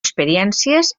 experiències